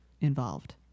involved